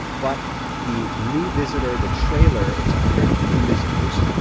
but the new visitor, the trailer, is under new visitors.